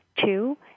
Two